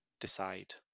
decide